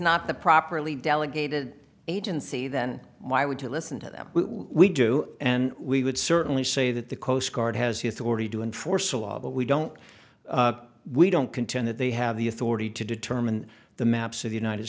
not the properly delegated agency then why would he listen to them we do and we would certainly say that the coast guard has the authority to enforce a law but we don't we don't contend that they have the authority to determine the maps of the united